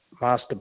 Master